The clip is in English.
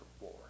war